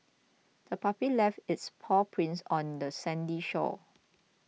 the puppy left its paw prints on the sandy shore